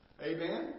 Amen